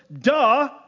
duh